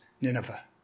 Nineveh